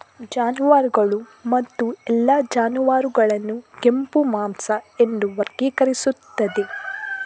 ಜಾನುವಾರುಗಳು ಮತ್ತು ಎಲ್ಲಾ ಜಾನುವಾರುಗಳನ್ನು ಕೆಂಪು ಮಾಂಸ ಎಂದು ವರ್ಗೀಕರಿಸುತ್ತದೆ